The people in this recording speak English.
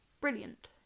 brilliant